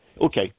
Okay